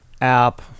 app